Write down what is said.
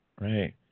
right